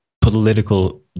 political